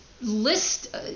list